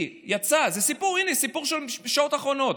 היא יצאה, הינה, זה סיפור של השעות האחרונות,